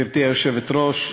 גברתי היושבת-ראש,